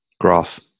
Grass